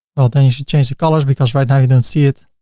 well then you should change the colors because right now you don't see it.